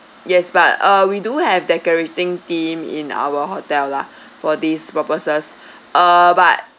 yes but uh we do have decorating team in our hotel lah for these purposes uh but